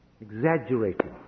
exaggerating